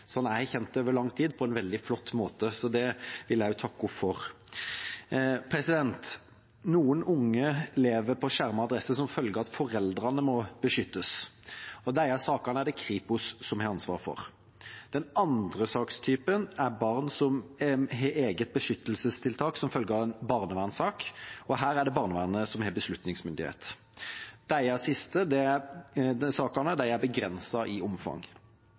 jeg har kjent over lang tid, på en veldig flott måte. Så det vil jeg takke henne for. Noen unge lever på skjermet adresse som følge av at foreldrene må beskyttes. Disse sakene er det Kripos som har ansvaret for. Den andre sakstypen er barn som har eget beskyttelsestiltak som følge av en barnevernssak, og her er det barnevernet som har beslutningsmyndighet. Disse siste sakene er begrenset i omfang. Politiets arbeid med beskyttelse av trusselutsatte er organisert gjennom nasjonale retningslinjer for vitnebeskyttelse. Det pekes i